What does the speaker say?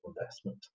investment